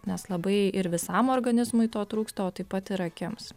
nes labai ir visam organizmui to trūksta o taip pat ir akims